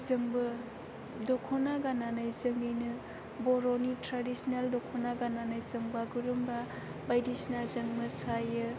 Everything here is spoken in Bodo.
जोंबो दखना गाननानै जोंनिनो बर'नि ट्रेडिसनेल दखना गाननानै जों बागुरुम्बा बायदिसिना जों मोसायो